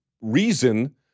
reason